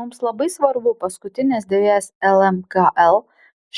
mums labai svarbu paskutines dvejas lmkl